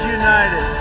united